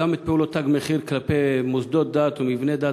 גם את פעולות "תג מחיר" כלפי מוסדות דת ומבני דת.